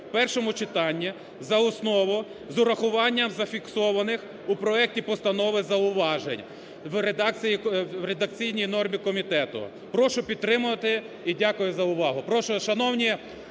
першому читанні за основу з урахуванням зафіксованих у проекті постанови зауважень в редакційній нормі комітету. Прошу підтримати і дякую за увагу.